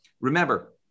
remember